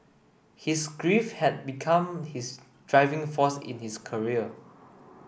his grief had become his driving force in his career